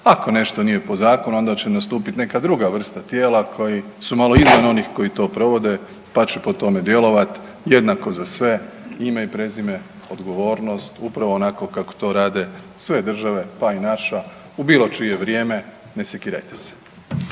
ako nešto nije po zakonu, onda će nastupiti neka druga vrsta tijela koji su malo iznad onih koji to provode, pa će po tome djelovati, jednako za sve, ime i prezime, odgovornost, upravo onako kako to rade sve države, pa i naša, u bilo čije vrijeme, ne sekirajte se.